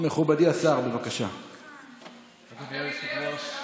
רק תגיד לי, איפה זה קרה?